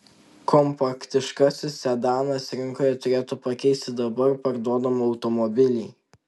kompaktiškasis sedanas rinkoje turėtų pakeisti dabar parduodamą automobilį